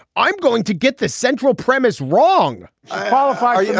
i'm going to get the central premise wrong qualifier. yeah